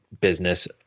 business